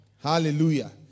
Hallelujah